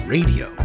Radio